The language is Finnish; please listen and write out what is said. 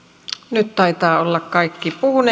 nyt ovat tainneet kaikki puhua